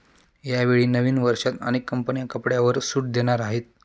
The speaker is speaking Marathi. यावेळी नवीन वर्षात अनेक कंपन्या कपड्यांवर सूट देणार आहेत